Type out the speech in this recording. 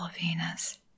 Venus